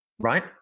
right